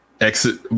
Exit